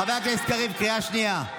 חבר הכנסת קריב, קריאה שנייה.